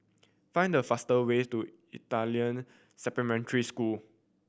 find the fastest way to Italian Supplementary School